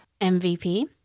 MVP